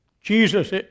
Jesus